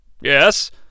Yes